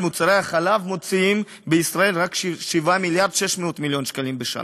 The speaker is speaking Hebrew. על מוצרי החלב מוציאים בישראל רק 7.6 מיליארד שקלים בשנה.